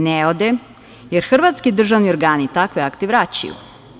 Ne ode, jer hrvatski državni organi takve akte vraćaju.